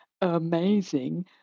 amazing